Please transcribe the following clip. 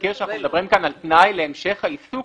מזכיר שאנחנו מדברים כאן על תנאי להמשך העיסוק,